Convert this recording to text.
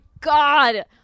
God